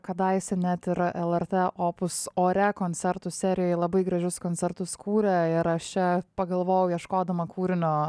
kadaise net ir lrt opus ore koncertų serijoj labai gražius koncertus kūrė ir aš čia pagalvojau ieškodama kūrinio